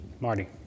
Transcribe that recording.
Marty